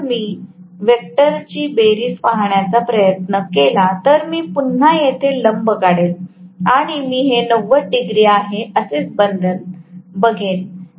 जेव्हा की मी वेक्टर ची बेरीज पाहण्याचा प्रयत्न केला तर मी पुन्हा येथे लंब काढेल आणि मी हे 90 डिग्री आहे असेच बघेन